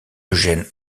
eugène